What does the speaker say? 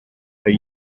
they